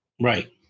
Right